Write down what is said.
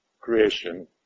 creation